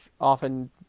often